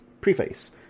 Preface